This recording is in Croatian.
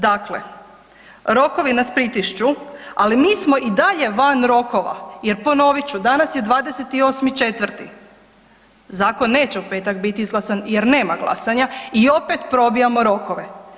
Dakle, rokovi nas pritišću, ali mi smo i dalje i van rokova jer ponovit ću, danas je 28.4. zakon neće u petak biti izglasan jer nema glasanja i opet probijamo rokove.